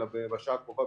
אלא בשעה הקרובה,